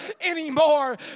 anymore